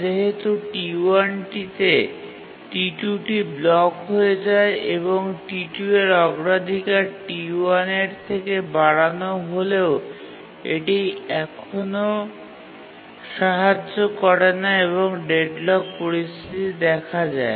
যেহেতু T1 টি তে T2 টি ব্লক হয়ে যায় এবং T2 এর অগ্রাধিকার T1 এর থেকে বাড়ানো হলেও এটি এখনও সাহায্য করে না এবং ডেডলক পরিস্থিতি দেখা দেয়